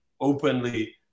openly